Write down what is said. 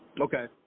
Okay